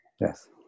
Yes